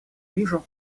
вижу